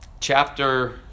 chapter